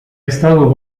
estado